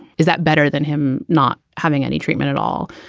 is that better than him not having any treatment at all?